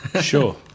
sure